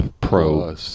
Pro